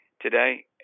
Today